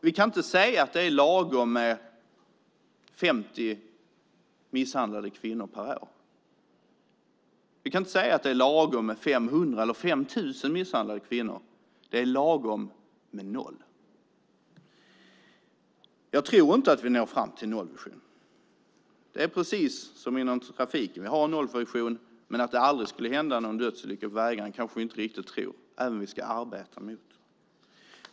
Vi kan inte säga att det är lagom med 50 misshandlade kvinnor per år. Vi kan inte säga att det är lagom med 500 eller 5 000 misshandlade kvinnor; det är lagom med noll. Jag tror inte att vi når fram till en nollvision. Det är precis som i trafiken. Vi har en nollvision, men att det aldrig skulle hända en dödsolycka på vägarna tror vi kanske inte riktigt, även om vi ska arbeta för det.